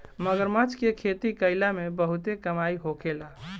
मगरमच्छ के खेती कईला में बहुते कमाई होखेला